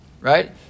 right